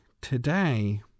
today